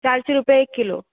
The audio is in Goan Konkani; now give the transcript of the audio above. चारशी रुपया एक किलो